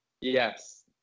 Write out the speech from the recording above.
Yes